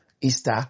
Easter